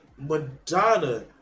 Madonna